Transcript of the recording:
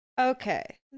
Okay